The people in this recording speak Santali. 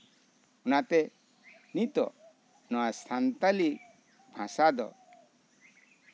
ᱚᱱᱟᱛᱮ ᱱᱤᱛᱳᱜ ᱱᱚᱶᱟ ᱥᱟᱱᱛᱟᱞᱤ ᱵᱷᱟᱥᱟ ᱫᱚ